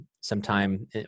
sometime